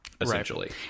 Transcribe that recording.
essentially